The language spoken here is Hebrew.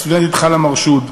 הסטודנטית חלאא מרשוד.